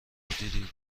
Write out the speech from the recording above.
دیدی